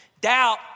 Doubt